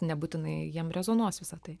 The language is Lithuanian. nebūtinai jiem rezonuos visa tai